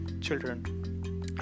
children